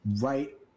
right